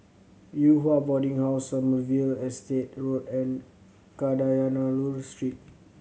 Yew Hua Boarding House Sommerville Estate Road and Kadayanallur Street